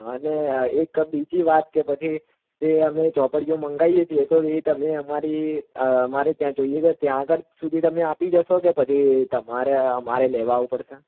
અને બીજી વાત કે પછી જે અમે ચોપડીઓ મંગાવીએ છીએ તો પછી તમે અમારી અમારે ત્યાં જોઈએ ત્યાં આગળ સુધી તમે આપી જાશો કે પછી તમારે અમારે લેવા આવવું પડશે